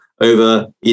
over